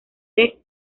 del